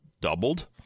doubled